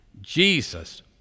Jesus